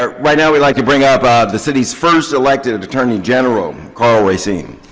ah right now we'd like to bring up the city's first elected attorney general, karl racine.